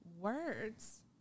words